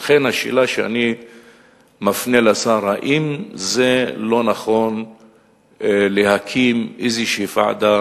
לכן השאלה שאני מפנה לשר: האם לא נכון להקים איזו ועדה